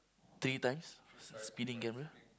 three times s~ speeding camera